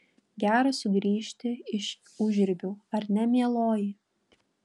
gera sugrįžti iš užribių ar ne mieloji